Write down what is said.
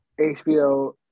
hbo